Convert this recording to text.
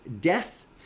death